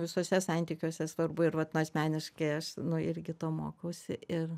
visuose santykiuose svarbu ir vat nu asmeniškai aš nu irgi to mokausi ir